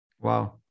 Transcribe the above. Wow